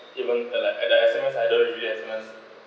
even the like like S_M_S I don't really S_M_S